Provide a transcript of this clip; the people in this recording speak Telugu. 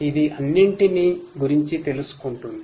ఇది అన్నిటినిగురించి తెలుసుసకుంటుంధి